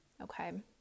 Okay